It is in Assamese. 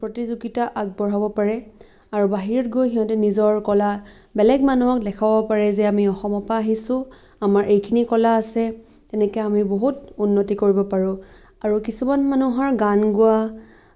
প্ৰতিযোগিতা আগবঢ়াব পাৰে আৰু বাহিৰত গৈ সিহঁতে নিজৰ কলা বেলেগ মানুহক দেখাব পাৰে যে আমি অসমৰ পৰা আহিছোঁ আমাৰ এইখিনি কলা আছে তেনেকৈ আমি বহুত উন্নতি কৰিব পাৰোঁ আৰু কিছুমান মানুহৰ গান গোৱা